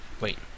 Wait